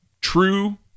True